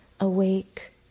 awake